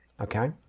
Okay